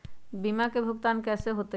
बीमा के भुगतान कैसे होतइ?